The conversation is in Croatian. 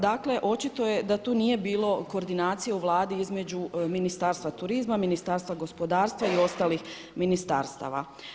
Dakle, očito je da tu nije bilo koordinacije u Vladi između Ministarstva turizma, Ministarstva gospodarstva i ostalih ministarstava.